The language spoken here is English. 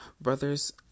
brothers